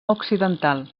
occidental